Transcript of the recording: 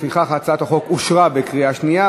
לפיכך, הצעת החוק אושרה בקריאה שנייה.